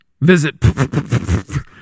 visit